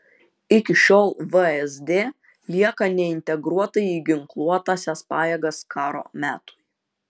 iki šiol vsd lieka neintegruota į ginkluotąsias pajėgas karo metui